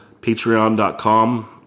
Patreon.com